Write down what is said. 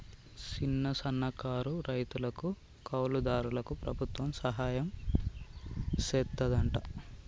సిన్న, సన్నకారు రైతులకు, కౌలు దారులకు ప్రభుత్వం సహాయం సెత్తాదంట